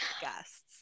guests